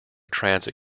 transit